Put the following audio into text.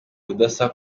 budasa